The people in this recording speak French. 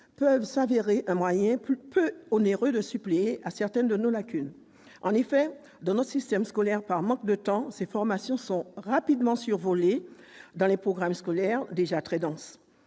peuvent se révéler un moyen peu onéreux de suppléer certaines de nos lacunes. En effet, dans notre système scolaire, par manque de temps, ces formations sont rapidement survolées dans le cadre de programmes scolaires déjà très denses.